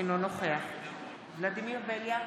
אינו נוכח ולדימיר בליאק,